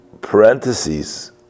parentheses